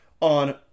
on